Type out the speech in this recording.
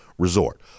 Resort